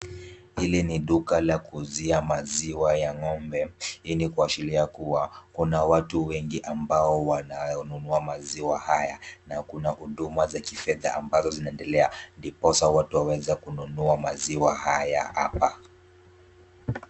Hili ni duka la kuuzia maziwa ya ng'ombe. Hii ni kuashiria kuwa kuna watu wengi ambao wananunua maziwa haya na kuna huduma za kifedha ambazo zinaendelea ndiposa watu waweze kununua maziwa haya hapa.